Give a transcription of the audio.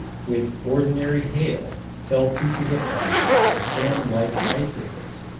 with ordinary hail, fell pieces of ice formed like icicles,